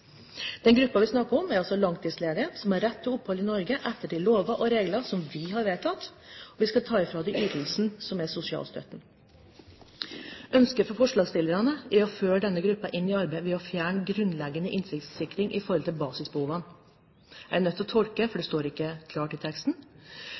Den gruppen vi snakker om, er altså langtidsledige som har rett til opphold i Norge etter de lover og regler som vi har vedtatt. Ytelsen vi skal ta fra dem, er sosialstøtten. Ønsket fra forslagsstillerne er å føre denne gruppen inn i arbeid ved å fjerne grunnleggende inntektssikring med tanke på basisbehov. Jeg er nødt til å tolke, for